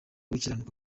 gukiranuka